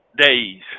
days